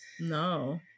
no